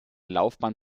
laufbahn